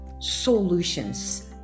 solutions